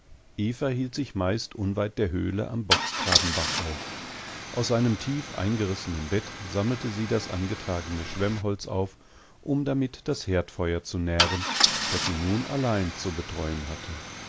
eva hielt sich meist unweit der höhle am bocksgrabenbach auf aus seinem tief eingerissenen bett sammelte sie das angetragene schwemmholz auf um damit das herdfeuer zu nähren das sie nun allein zu betreuen hatte